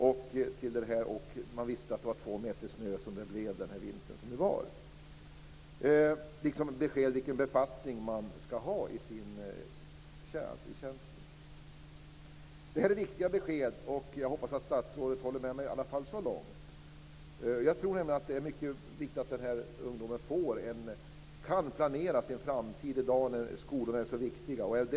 Man visste att det skulle vara fråga om två meter snö - precis som det blev den gångna vintern. Man visste också vilken befattning man skulle ha. Det är fråga om viktiga besked. Jag hoppas att statsrådet håller med mig så långt. Det är viktigt att ungdomarna kan planera sin framtid, särskilt i dag när skolorna är så viktiga.